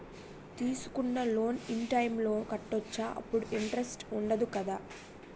తీసుకున్న loan in time లో కట్టవచ్చ? అప్పుడు ఇంటరెస్ట్ వుందదు కదా?